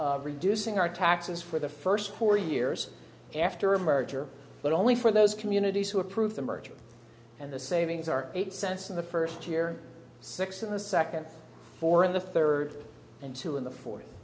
incentives reducing our taxes for the first forty years after a merger but only for those communities who approved the merger and the savings are eight cents in the first year six in the second four in the third and two in the fourth